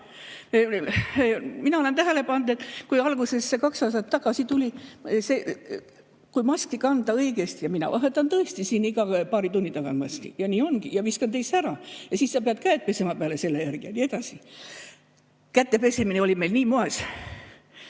Mina olen tähele pannud, et kui alguses, kaks aastat tagasi [see viirus] tuli ... Kui maski kanda õigesti ja mina vahetan tõesti siin iga paari tunni tagant maski ja nii ongi, ja viskan teise ära, ja siis sa pead käed pesema selle järel ja nii edasi. Käte pesemine oli meil nii moes.